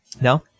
No